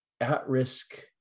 at-risk